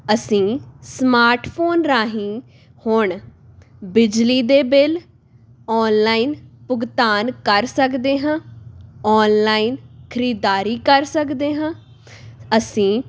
ਅਸੀਂ ਸਮਾਰਟਫੋਨ ਰਾਹੀ ਹੁਣ ਬਿਜਲੀ ਦੇ ਬਿੱਲ ਔਨਲਾਈਨ ਭੁਗਤਾਨ ਕਰ ਸਕਦੇ ਹਾਂ ਔਨਲਾਈਨ ਖਰੀਦਦਾਰੀ ਕਰ ਸਕਦੇ ਹਾਂ ਅਸੀਂ